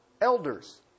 elders